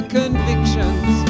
convictions